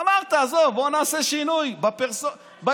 אמרת: עזוב, בוא נעשה שינוי באישי.